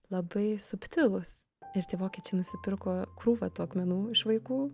labai subtilūs ir tie vokiečiai nusipirko krūvą tų akmenų iš vaikų